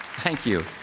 thank you.